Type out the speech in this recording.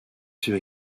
sur